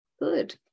Good